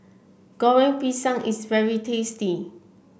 Goreng Pisang is very tasty